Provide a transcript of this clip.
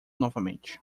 novamente